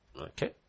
okay